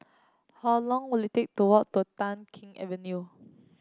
how long will it take to walk to Tai Keng Avenue